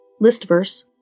Listverse